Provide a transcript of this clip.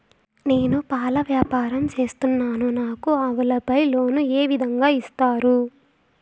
నేను పాల వ్యాపారం సేస్తున్నాను, నాకు ఆవులపై లోను ఏ విధంగా ఇస్తారు